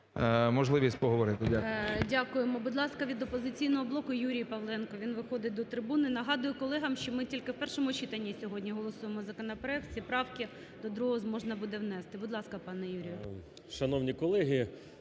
можливість поговорити. Дякую. ГОЛОВУЮЧИЙ. Дякуємо. Будь ласка, від "Опозиційного блоку" Юрій Павленко, він виходить до трибуни. Нагадую колегам, що ми тільки в першому читані сьогодні голосуємо законопроект, всі правки можна до другого буде внести. Будь ласка, пане Юрій.